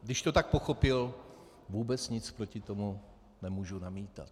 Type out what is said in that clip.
Když to tak pochopil, vůbec nic proti tomu nemohu namítat.